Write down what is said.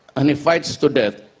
and he fights to death,